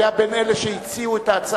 גבירותי ורבותי חברות וחברי הכנסת,